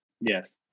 Yes